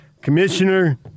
Commissioner